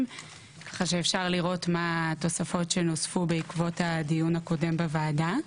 כך שאפשר לראות מה התוספות שנוספו בעקבות הדיון הקודם בוועדה.